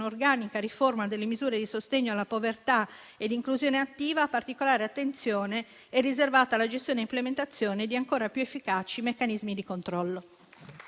un'organica riforma delle misure di sostegno alla povertà e di inclusione attiva, particolare attenzione è riservata alla gestione e implementazione di ancora più efficaci meccanismi di controllo.